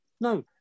no